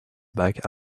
back